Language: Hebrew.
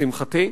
לשמחתי,